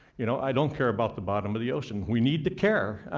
you know, i don't care about the bottom of the ocean. we need to care.